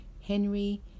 Henry